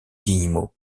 guillemot